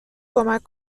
کمک